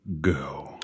go